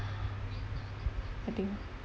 I think